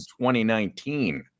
2019